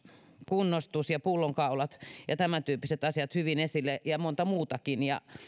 kunnostus pullonkaulat ja tämän tyyppiset asiat hyvin esille ja monta muutakin